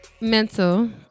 mental